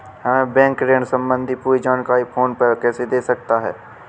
हमें बैंक ऋण संबंधी पूरी जानकारी फोन पर कैसे दे सकता है?